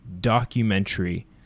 documentary